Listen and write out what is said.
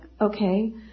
okay